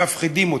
מפחידים אותו.